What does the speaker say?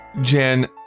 Jen